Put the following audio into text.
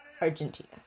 Argentina